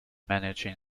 managing